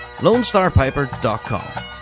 LoneStarPiper.com